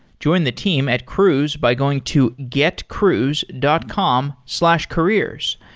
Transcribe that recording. join the team at cruise by going to getcruise dot com slash careers.